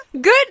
Good